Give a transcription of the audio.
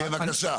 כן, בבקשה.